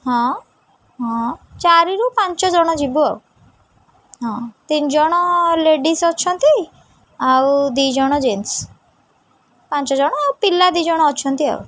ହଁ ହଁ ଚାରିରୁ ପାଞ୍ଚ ଜଣ ଯିବୁ ଆଉ ହଁ ତିନି ଜଣ ଲେଡ଼ିଜ୍ ଅଛନ୍ତି ଆଉ ଦୁଇ ଜଣ ଜେନ୍ସ ପାଞ୍ଚଜଣ ଆଉ ପିଲା ଦୁଇ ଜଣ ଅଛନ୍ତି ଆଉ